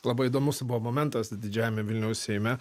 labai įdomus buvo momentas didžiajame vilniaus seime